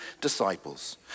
disciples